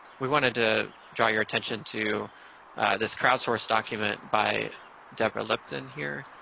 we wanted to draw your attention to this crowd-sourced document by deborah lipton here.